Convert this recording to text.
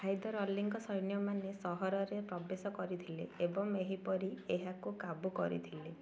ହାଇଦର ଅଲିଙ୍କ ସୈନ୍ୟମାନେ ସହରରେ ପ୍ରବେଶ କରିଥିଲେ ଏବଂ ଏହିପରି ଏହାକୁ କାବୁ କରିଥିଲେ